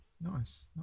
Nice